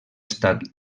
estat